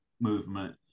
Movement